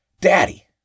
daddy